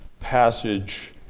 passage